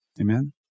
Amen